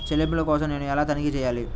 చెల్లింపుల కోసం నేను ఎలా తనిఖీ చేయాలి?